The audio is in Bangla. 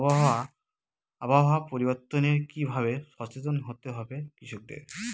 আবহাওয়া পরিবর্তনের কি ভাবে সচেতন হতে হবে কৃষকদের?